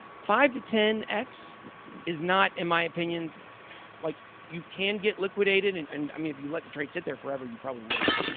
five x to ten x is not, in my opinion like, you can get liquidated and, and i mean, if you let the trade sit there forever, you probably will be.